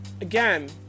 Again